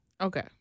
Okay